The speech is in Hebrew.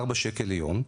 ארבע שקל ליום,